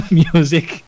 music